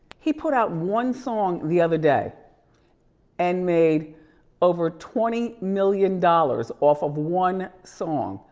he put out one song the other day and made over twenty million dollars off of one song.